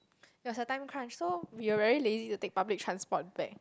there was a time crunch so we were very lazy to take public transport back